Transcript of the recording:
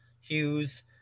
Hughes